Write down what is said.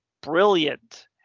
brilliant